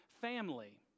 family